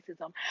racism